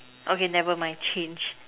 okay never mind change